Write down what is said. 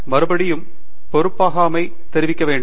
வழக்கமாக மறுபடியும் பொறுப்பாகாமை தெரிவிக்க வேண்டும்